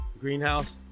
Greenhouse